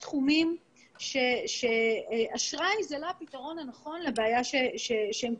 יש תחומים שאשראי הוא לא פתרון נכון לבעיה שנוצרה.